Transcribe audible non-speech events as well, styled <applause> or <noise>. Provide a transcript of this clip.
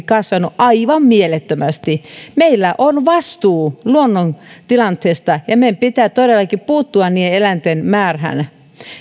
<unintelligible> kasvanut aivan mielettömästi meillä on vastuu luonnon tilanteesta ja meidän pitää todellakin puuttua niiden eläinten määrään